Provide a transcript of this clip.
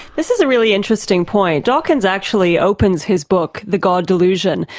this is a really interesting point. dawkins actually opens his book the god delusion,